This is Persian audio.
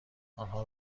آنهم